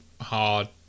hard